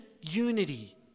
unity